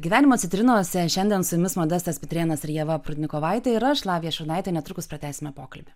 gyvenimą citrinose šiandien su jumis modestas pitrėnas ir ieva prudnikovaitė yra lavija šurnaitė netrukus pratęsime pokalbį